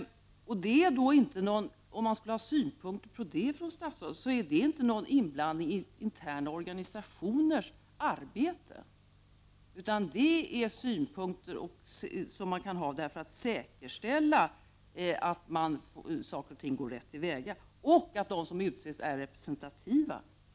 Om man från statsapparatens sida skulle ha synpunkter på det är det inte någon inblandning i organisationernas interna arbete, utan det är synpunkter som man kan ha för att säkerställa att saker och ting går rätt till och att de som utses är representativa.